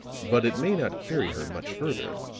but it may not carry her much further.